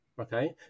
okay